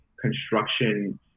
construction